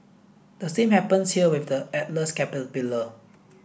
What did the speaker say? the same happens here with the Atlas caterpillar